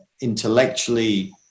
intellectually